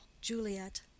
Juliet